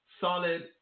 solid